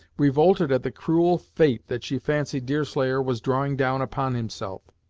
revolted at the cruel fate that she fancied deerslayer was drawing down upon himself,